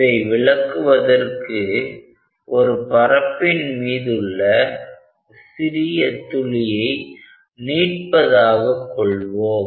இதை விளக்குவதற்கு ஒரு பரப்பின் மீதுள்ள சிறிய துளியை நீட்பதாக கொள்வோம்